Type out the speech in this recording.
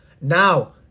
Now